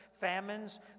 famines